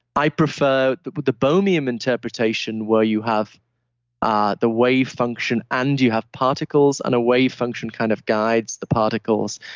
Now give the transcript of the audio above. i prefer the the bohemian interpretation where you have ah the wave function and you have particles and a wave function kind of guides the particles.